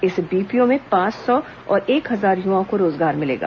इस बीपीओ में पांच सौ और एक हजार युवाओं को रोजगार मिलेगा